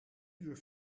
uur